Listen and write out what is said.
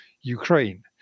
Ukraine